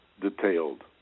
detailed